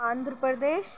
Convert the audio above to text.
Andhra Pradesh